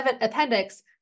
Appendix